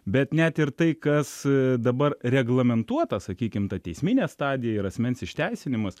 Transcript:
bet net ir tai kas dabar reglamentuota sakykim ta teisminė stadija ir asmens išteisinimas